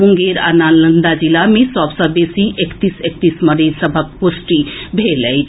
मुंगेर आ नालंदा जिला मे सभ सँ बेसी एकतीस एकतीस मरीज सभक पुष्टि भेल अछि